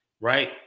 right